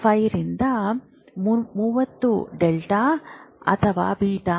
5 ರಿಂದ 30 delta to beta